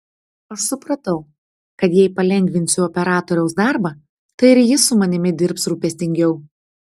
aš supratau kad jei palengvinsiu operatoriaus darbą tai ir jis su manimi dirbs rūpestingiau